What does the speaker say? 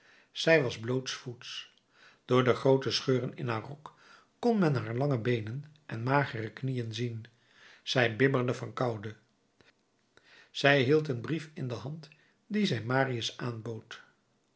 zij was blootsvoets door de groote scheuren in haar rok kon men haar lange beenen en magere knieën zien zij bibberde van koude zij hield een brief in de hand dien zij marius aanbood